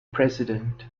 president